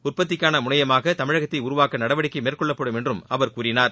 உற்பத்திக்கான முனையமாக தமிழகத்தை உருவாக்க நடவடிக்கை மேற்கொள்ளப்படும் என்றும் அவர் கூறினார்